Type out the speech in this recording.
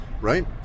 Right